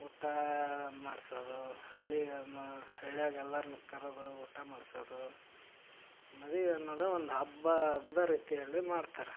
ಊಟ ಮಾಡಿಸೋದು ಹಳ್ಳಿಗಮಾ ಹಳ್ಳಿಯಾಗ ಎಲ್ಲರ್ನೂ ಕರೆದು ಊಟ ಮಾಡ್ಸೋದು ಮದ್ವೆ ಅನ್ನೋದು ಒಂದು ಹಬ್ಬದ ರೀತಿಯಲ್ಲಿ ಮಾಡ್ತಾರೆ